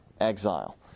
exile